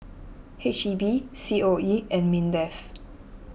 H E B C O E and Mindef